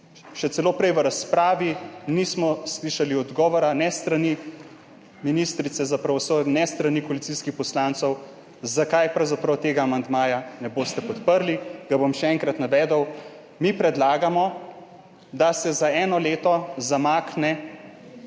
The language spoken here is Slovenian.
Še celo prej v razpravi nismo slišali odgovora ne s strani ministrice za pravosodje ne s strani koalicijskih poslancev, zakaj pravzaprav tega amandmaja ne boste podprli. Še enkrat ga bom navedel. Mi predlagamo, da se za eno leto zamakne